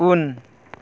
उन